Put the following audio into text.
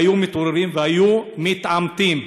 היו מתעוררים והיו מתעמתים,